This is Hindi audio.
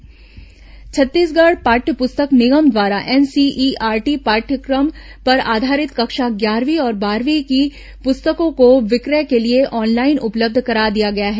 पुस्तक खरीदी छत्तीसगढ़ पाठ्य प्रस्तक निगम द्वारा एनसीईआरटी पाठ्यक्रम पर आधारित कक्षा ग्यारहवीं और बारहवीं की पुस्तकों को विक्रय के लिए ऑनलाइन उपलब्ध करा दिया गया है